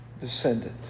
descendant